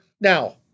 Now